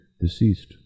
deceased